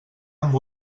amb